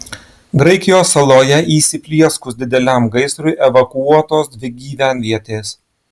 graikijos saloje įsiplieskus dideliam gaisrui evakuotos dvi gyvenvietės